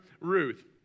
Ruth